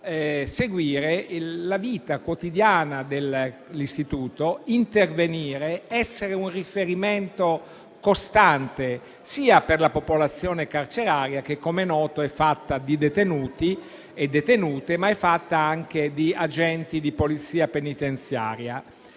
seguire la vita quotidiana dell'istituto, intervenire, essere un riferimento costante per la popolazione carceraria che, come è noto, è fatta di detenuti e detenute, ma anche di agenti di polizia penitenziaria.